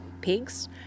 pigs